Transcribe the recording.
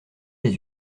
les